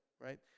right